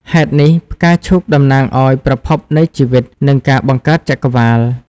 ហេតុនេះ ផ្កាឈូកតំណាងឱ្យ ប្រភពនៃជីវិត និងការបង្កើតចក្រវាឡ។